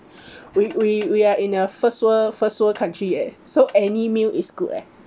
we we we are in a first world first world country leh so any meal is good leh